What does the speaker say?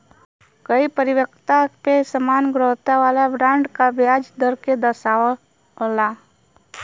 कई परिपक्वता पे समान गुणवत्ता वाले बॉन्ड क ब्याज दर के दर्शावला